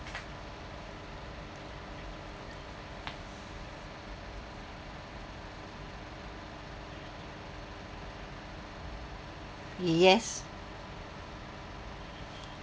yes